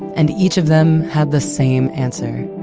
and each of them had the same answer.